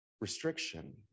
restriction